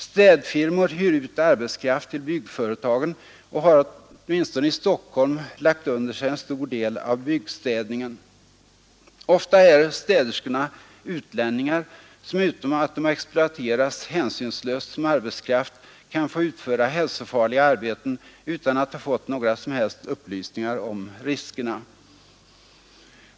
Städfirmor hyr ut arbetskraft till byggföretagen och har åtminstone i Stockholm lagt under sig en stor del av byggstädningen. Ofta är städerskorna utlänningar, som förutom att de exploateras hänsynslöst som arbetskraft kan få utföra hälsofarliga arbeten utan att ha fått några som helst upplysningar om riskerna.